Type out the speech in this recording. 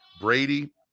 Brady